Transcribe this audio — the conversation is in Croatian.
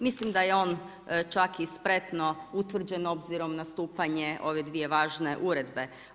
Mislim da je on čak i spretno utvrđen obzirom na stupanje ove dvije važne uredbe.